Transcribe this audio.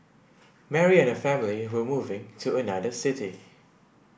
Mary and family were moving to another city